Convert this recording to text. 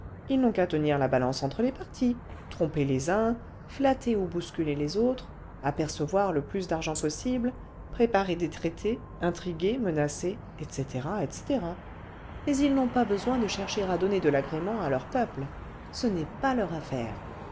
ils n'ont qu'à tenir la balance entre les partis tromper les uns flatter ou bousculer les autres à percevoir le plus d'argent possible préparer des traités intriguer menacer etc etc mais ils n'ont pas besoin de chercher à donner de l'agrément à leurs peuples ce n'est pas leur affaire